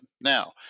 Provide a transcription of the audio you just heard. Now